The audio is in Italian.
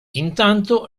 intanto